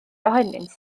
ohonynt